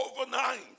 overnight